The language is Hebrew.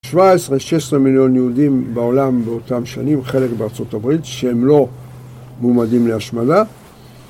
17-16 מיליון יהודים בעולם באותם שנים חלק בארה״ב שהם לא מועמדים להשמדה